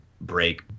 break